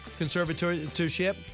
conservatorship